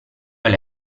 alle